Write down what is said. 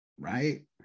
Right